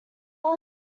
over